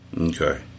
Okay